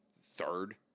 third